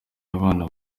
abana